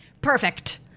Perfect